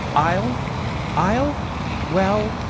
i'll i'll well,